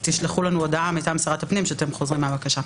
תשלחו לנו הודעה מטעם שרת הפנים שאתם חוזרים מהבקשה.